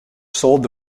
sold